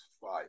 fight